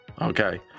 Okay